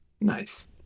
Nice